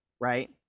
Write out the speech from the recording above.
right